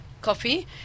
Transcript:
coffee